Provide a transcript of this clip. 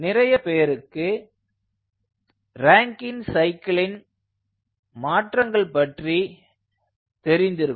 நிறைய பேருக்கு ராங்கின் சைக்கிளின் மாற்றங்கள் பற்றி தெரிந்திருக்கும்